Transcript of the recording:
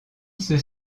ceux